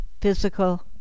physical